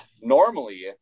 normally